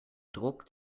druck